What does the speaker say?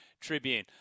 Tribune